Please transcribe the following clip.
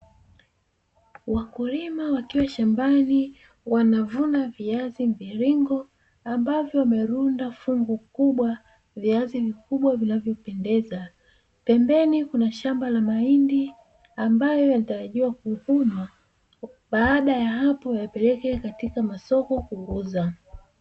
Wakulima wakiwa shambani wanavuna viazi mviringo ambavyo ni rundo fungu kubwa, viazi vikubwa vinavyopendeza. Pembeni kuna shamba la mahindi ambayo yanatarajiwa kuvunwa, baada ya hapo yapelekwe katika masoko kuuzwa.